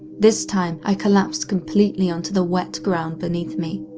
this time, i collapsed completely onto the wet ground beneath me.